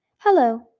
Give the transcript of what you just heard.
Hello